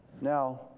Now